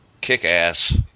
Kick-ass